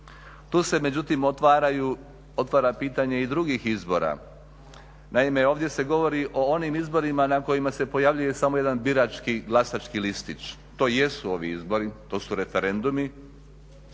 Tu se međutim otvara pitanje i drugih izbora. Naime, ovdje se govori o onim izborima na kojima se pojavljuje samo jedan birački glasački listić. To jesu ovi izbori, to su referendumi, međutim